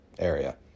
area